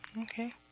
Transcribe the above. Okay